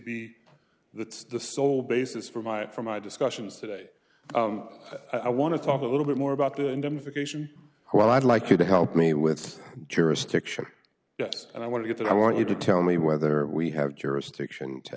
be the sole basis for my for my discussions today i want to talk a little bit more about the indemnification well i'd like you to help me with jurisdiction and i want to get that i want you to tell me whether we have jurisdiction to